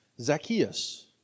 Zacchaeus